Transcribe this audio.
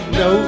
no